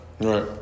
Right